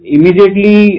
Immediately